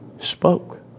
spoke